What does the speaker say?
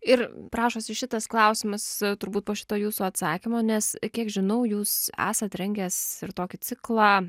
ir prašosi šitas klausimas turbūt po šito jūsų atsakymo nes kiek žinau jūs esat rengęs ir tokį ciklą